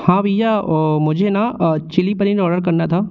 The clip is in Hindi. हाँ भैया मुझे न चिली पनीर ऑडर करना था